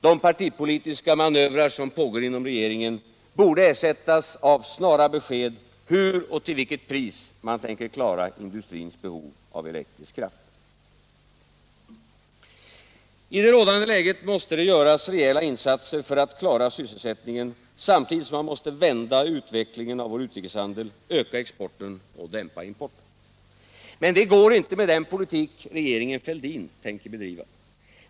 De partipolitiska manövrer som pågår inom regeringen borde ersättas av snara besked om hur och till vilket pris man tänker klara industrins behov av elektrisk kraft. I det rådande läget måste rejäla insatser göras för att klara sysselsättningen, samtidigt som man måste vända utvecklingen av vår utrikeshandel, öka exporten och dämpa importen. Men det går inte med den politik regeringen Fälldin tänker bedriva.